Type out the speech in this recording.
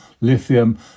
lithium